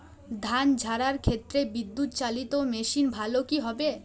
ধান ঝারার ক্ষেত্রে বিদুৎচালীত মেশিন ভালো কি হবে?